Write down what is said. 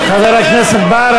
חבר הכנסת בר,